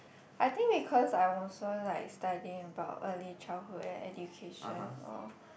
I think because I'm also like studying about early childhood and education all